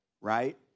right